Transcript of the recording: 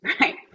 right